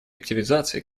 активизации